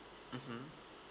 mmhmm